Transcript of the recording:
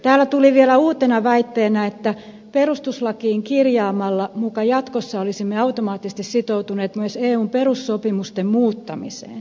täällä tuli vielä uutena väitteenä että perustuslakiin kirjaamalla muka jatkossa olisimme automaattisesti sitoutuneet myös eun perussopimusten muuttamiseen